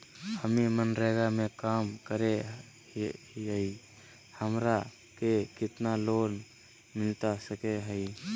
हमे मनरेगा में काम करे हियई, हमरा के कितना लोन मिलता सके हई?